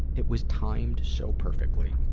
it was timed so perfectly.